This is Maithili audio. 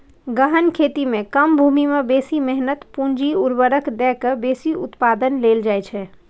गहन खेती मे कम भूमि मे बेसी मेहनत, पूंजी, उर्वरक दए के बेसी उत्पादन लेल जाइ छै